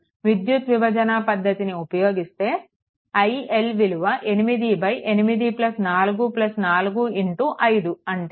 విద్యుత్ విభజన పద్ధతిని ఉపయోగిస్తే iL విలువ 8844 5 అంటే 2